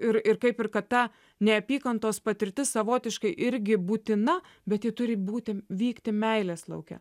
ir ir kaip ir kad ta neapykantos patirtis savotiškai irgi būtina bet ji turi būti vykti meilės lauke